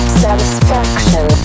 satisfaction